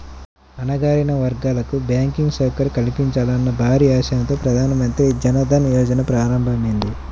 అణగారిన వర్గాలకు బ్యాంకింగ్ సౌకర్యం కల్పించాలన్న భారీ ఆశయంతో ప్రధాన మంత్రి జన్ ధన్ యోజన ప్రారంభమైంది